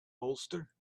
bolster